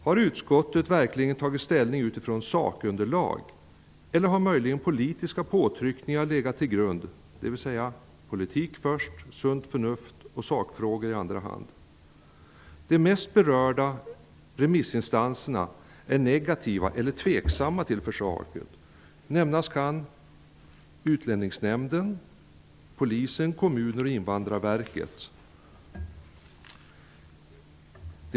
Har utskottet verkligen tagit ställning utifrån sakunderlag eller har möjligen politiska påtryckningar legat till grund, dvs. politik först -- sunt förnuft och sakfrågor i andra hand? De mest berörda remissinstanserna är negativa eller tveksamma till förslaget. Nämnas kan Invandrarverket.